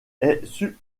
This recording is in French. est